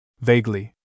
Vaguely